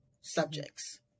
subjects